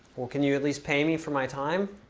well, can you at least pay me for my time?